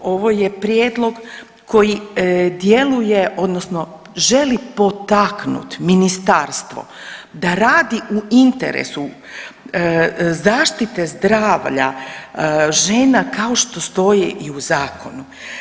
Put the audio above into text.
Ovo je prijedlog koji djeluje odnosno želi potaknuti ministarstvo da radi u interesu zaštite zdravlja žena kao što stoji i u zakonu.